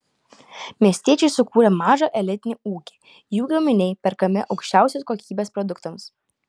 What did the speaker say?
miestiečiai sukūrė mažą elitinį ūkį jų gaminiai perkami aukščiausios kokybės produktams